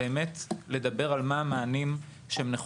אני רוצה לדבר על מהם המענים הנכונים,